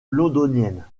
londonienne